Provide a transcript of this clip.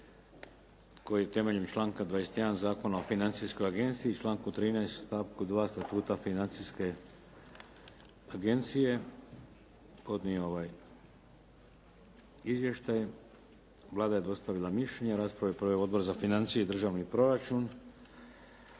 koji temeljem članka 21. Zakona o Financijskoj agenciji, članku 13. stavku 2. Statuta Financijske agencije podnio ovaj izvještaj. Vlada je dostavila mišljenje. Raspravu je proveo Odbor za financije i državni proračun.